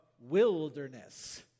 Wilderness